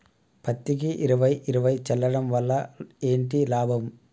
పత్తికి ఇరవై ఇరవై చల్లడం వల్ల ఏంటి లాభం?